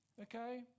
Okay